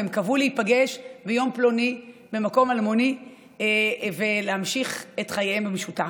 והם קבעו להיפגש ביום פלוני במקום אלמוני ולהמשיך את חייהם במשותף.